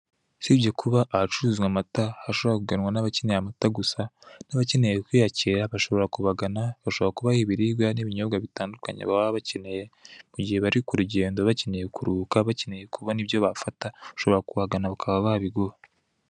Usibye kuba ahacururizwa amata hashobora kuganwa n'abakeneye amata gusa, n'abakeneye kwiyakira bahagana, bashobora kubaha ibiribwa n'ibinyobwa bitandukanyr baba bakeneye, igiba bari kurugendo bakeneya kuruhuka, bakeneye kuba hari ibyo bafata ushobora kuhagana bakaba babiguha.